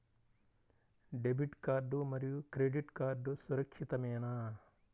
Debit card మరియు credit card సురక్షితమేనా?